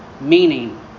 Meaning